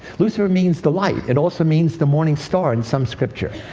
lucifer means the light. it also means the morning star, in some scripture.